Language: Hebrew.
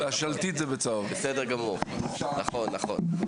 זהו נתון מרים גבה אחד.